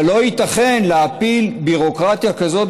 אבל לא ייתכן להפיל ביורוקרטיה כזאת